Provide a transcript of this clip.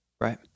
Right